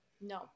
No